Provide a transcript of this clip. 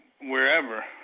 Wherever